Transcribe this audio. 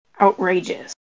outrageous